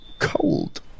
Cold